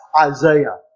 Isaiah